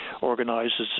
organizes